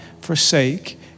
forsake